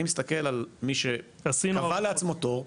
אני מסתכל על מי שקבע לעצמו תור,